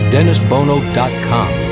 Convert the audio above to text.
DennisBono.com